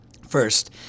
First